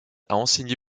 enseigné